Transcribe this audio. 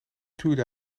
tuurde